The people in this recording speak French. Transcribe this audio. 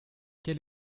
quel